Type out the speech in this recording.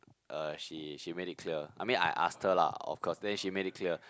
uh she she made it clear I mean I asked her lah of cause then she made it clear